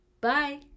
Bye